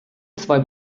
zwei